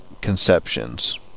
conceptions